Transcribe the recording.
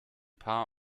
paar